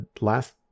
last